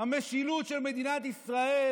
המשילות של מדינת ישראל